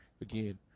again